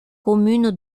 commune